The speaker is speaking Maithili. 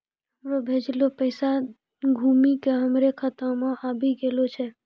हमरो भेजलो पैसा घुमि के हमरे खाता मे आबि गेलो छै